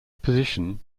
position